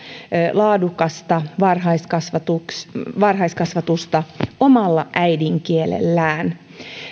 laadukasta varhaiskasvatusta varhaiskasvatusta omalla äidinkielellään